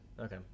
Okay